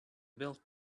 build